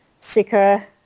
sicker